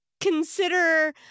consider